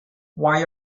why